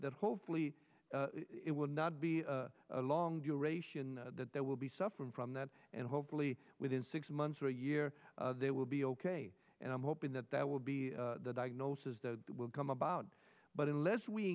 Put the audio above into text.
that hopefully it will not be a long duration that there will be suffering from that and hopefully within six months or a year they will be ok and i'm hoping that that will be the diagnosis that will come about but unless we